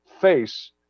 face